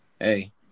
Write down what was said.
hey